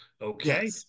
Okay